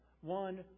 One